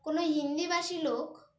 কোনো হিন্দিভাষী লোক